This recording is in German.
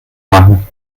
machen